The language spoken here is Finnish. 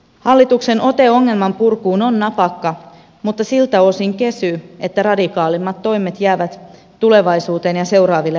hallituksen ote ongelman purkuun on napakka mutta siltä osin kesy että radikaaleimmat toimet jäävät tulevaisuuteen ja seuraaville hallituksille